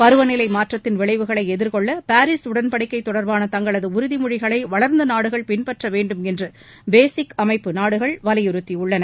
பருவநிலை மாற்றத்தின் விளைவுகளை எதிர்கொள்ள பேரிஸ் உடன்படிக்கை தொடர்பான தங்களது உறுதிமொழிகளை வளர்ந்த நாடுகள் பின்பற்ற வேண்டுமென்று பேசிக் அமைப்பு நாடுகள் வலியுறுத்தியுள்ளன